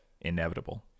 inevitable